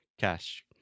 cash